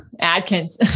Adkins